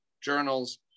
journals